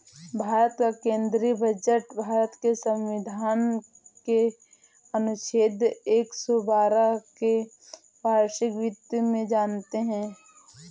भारत का केंद्रीय बजट भारत के संविधान के अनुच्छेद एक सौ बारह में वार्षिक वित्त में जानते है